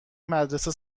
مدرسه